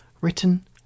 written